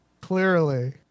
clearly